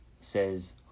says